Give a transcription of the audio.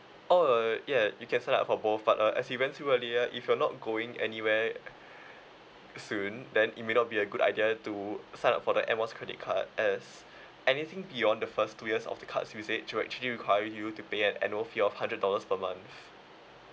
oh ya you can sign up for both but uh as we went through earlier if you're not going anywhere soon then it may not be a good idea to sign up for the air miles credit card as anything beyond the first two years of the cards usage will actually require you to pay an annual fee of hundred dollars per month